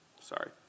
Sorry